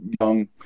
young